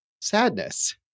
sadness